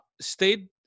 stayed